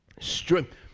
strength